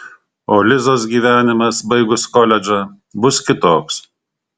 o lizos gyvenimas baigus koledžą bus kitoks